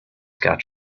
got